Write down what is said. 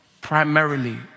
primarily